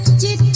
did